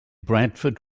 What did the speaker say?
bradford